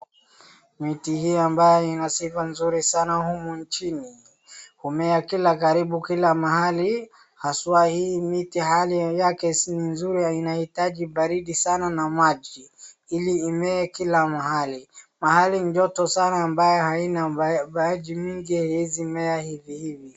Miti hii ambayo ina sifa nzuri sana humu nchini humea karibu kila mahali, haswaa hii miti hali yake si nzuri na inahitaji baridi sana na maji ili imee kila mahali. Mahali ni joto sana ambaye haina maji mingi haiwezi mea hivihivi.